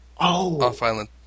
off-island